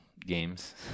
Games